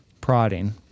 prodding